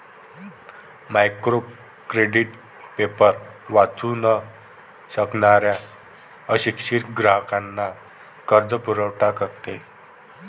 micro credit paper वाचू न शकणाऱ्या अशिक्षित ग्राहकांना कर्जपुरवठा करते